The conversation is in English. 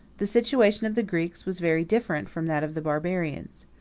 the situation of the greeks was very different from that of the barbarians.